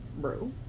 bro